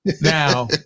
Now